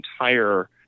entire